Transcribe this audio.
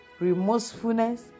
remorsefulness